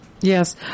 Yes